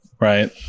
right